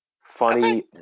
Funny